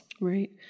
Right